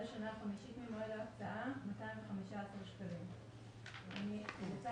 השנה החמישית ממועד ההקצאה- 215,000 אני רוצה